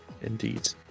Indeed